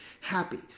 happy